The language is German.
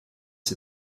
sie